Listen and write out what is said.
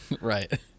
Right